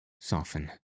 soften